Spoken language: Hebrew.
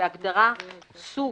בהגדרה ""סוג"